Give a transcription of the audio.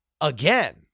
again